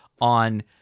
on